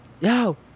yo